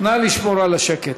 נא לשמור על השקט.